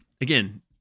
again